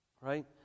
right